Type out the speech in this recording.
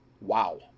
wow